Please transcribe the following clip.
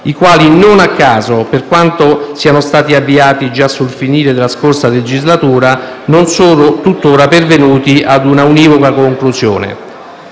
i quali non a caso, per quanto siano stati avviati già sul finire della scorsa legislatura, non sono tuttora pervenuti a una univoca conclusione.